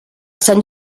sant